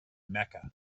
mecca